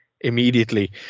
immediately